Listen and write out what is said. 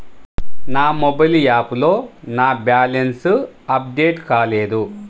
నా మొబైల్ యాప్లో నా బ్యాలెన్స్ అప్డేట్ కాలేదు